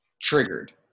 triggered